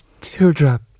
Teardrop